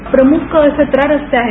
शहरात प्रमुख सतरा रस्ते आहेत